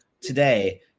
today